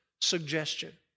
suggestion